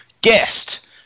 Guest